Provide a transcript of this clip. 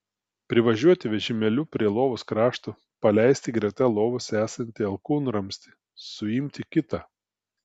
privažiuoti vežimėliu prie lovos krašto paleisti greta lovos esantį alkūnramstį suimti kitą